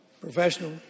professional